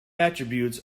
attributes